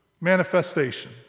manifestation